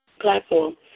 platform